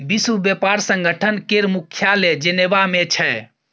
विश्व बेपार संगठन केर मुख्यालय जेनेबा मे छै